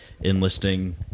enlisting